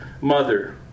mother